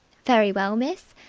very well, miss.